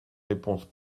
réponse